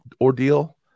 ordeal